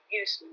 use